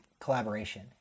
collaboration